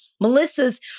Melissa's